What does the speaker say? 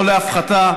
לא להפחתה.